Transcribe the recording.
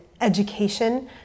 education